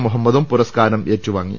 മുഹമ്മദും പുര സ്കാരം ഏറ്റുവാങ്ങി